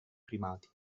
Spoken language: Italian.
primati